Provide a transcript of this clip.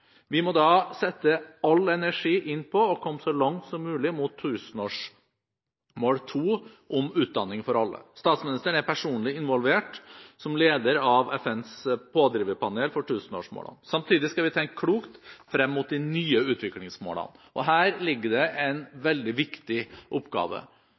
Vi må sette all energi inn på å komme så langt som mulig mot tusenårsmål 2, om utdanning for alle. Statsministeren er personlig involvert som leder av FNs pådriverpanel for tusenårsmålene. Samtidig skal vi tenke klokt frem mot de nye utviklingsmålene. Her ligger det en veldig viktig oppgave.